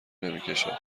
نمیکشند